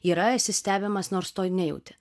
yra esi stebimas nors to nejauti